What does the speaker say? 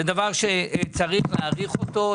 זה דבר שצריך להאריך אותו,